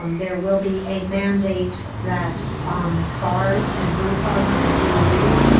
um there will be a mandate that um bars and brew pubs and breweries